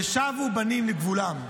ושבו בנים לגבולם.